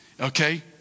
okay